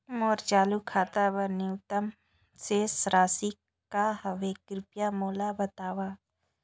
मोर चालू खाता बर न्यूनतम शेष राशि का हवे, कृपया मोला बतावव